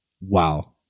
wow